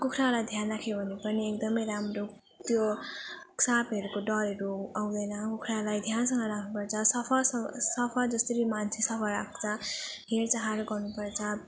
कुखुरालाई ध्यान राख्यो भने पनि एकदम राम्रो त्यो साँपहरूको डरहरू आउँदैन कुखुरालाई ध्यानसँग राख्नु पर्छ सफासँग सफा जसरी मान्छे सफा राख्छ हेरचाह गर्नु पर्छ